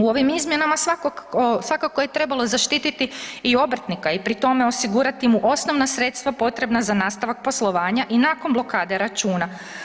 U ovim izmjenama svakako je trebalo zaštiti i obrtnika i pri tome osigurati mu osnovna sredstva potrebna na nastavak poslovanja i nakon blokade računa.